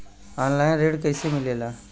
Online ऋण कैसे मिले ला?